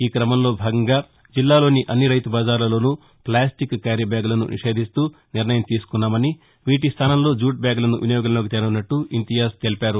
ఈ క్రమంలో భాగంగా జిల్లాలోని అన్ని రైతుబజార్లలోనూ ప్రాస్టిక్ క్యారీ బ్యాగులను నిషేధిస్తూ నిర్ణయం తీసుకున్నామని వీటి స్థానంలో జ్యూట్ బ్యాగులను వినియోగంలోకి తేసున్నట్లు ఇంతియాజ్ తెలిపారు